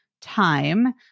time